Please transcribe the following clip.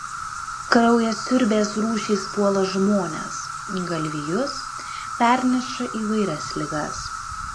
kraujasiurbės rūšys puola žmones galvijus perneša įvairias ligas